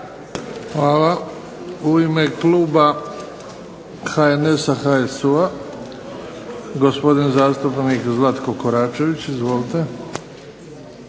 Hvala. U ime kluba HNS-HSU-a gospodin zastupnik Zlatko Koračević. Izvolite.